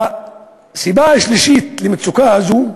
הסיבה השלישית למצוקה הזאת,